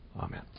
Amen